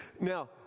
Now